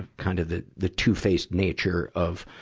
of kind of the, the two-faced nature of,